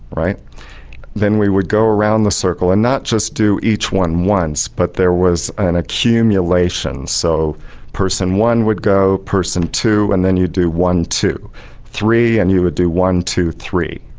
then we would go around the circle and not just do each one once but there was an accumulation, so person one would go, person two, and then you'd do one, two three, and you would do one, two, three.